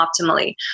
optimally